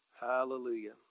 Hallelujah